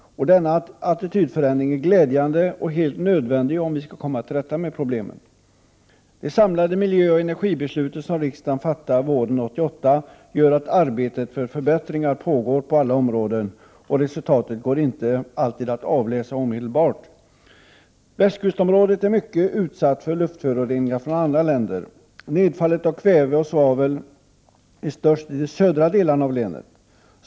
Denna attitydförändring är glädjande och helt nödvändig om vi skall komma till rätta med problemen. Det samlade miljöoch energibeslut som riksdagen fattade våren 1988 gör att arbetet för förbättringar pågår på alla områden. Resultaten går inte alltid att avläsa omedelbart. Västkustområdet är mycket utsatt för luftföroreningar från andra länder. Nedfallet av kväve och svavel är störst i de södra delarna av länet.